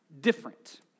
different